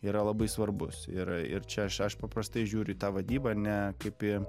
yra labai svarbus ir ir čia aš aš paprastai žiūriu į tą vadybą ne kaip į